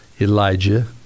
Elijah